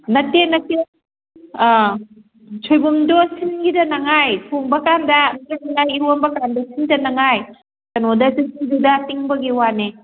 ꯅꯠꯇꯦ ꯅꯠꯇꯦ ꯑꯥ ꯁꯣꯏꯕꯨꯝꯗꯣ ꯁꯤꯟꯒꯤꯗꯅꯉꯥꯏ ꯊꯣꯡꯕ ꯀꯥꯟꯗ ꯏꯔꯣꯟꯕ ꯀꯥꯟꯗ ꯁꯤꯟꯗꯅꯤꯉꯥꯏ ꯀꯩꯅꯣꯗ ꯇꯤꯡꯕꯒꯤ ꯋꯥꯅꯦ